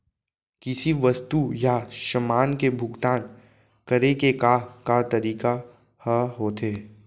किसी वस्तु या समान के भुगतान करे के का का तरीका ह होथे?